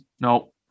No